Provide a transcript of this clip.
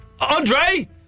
Andre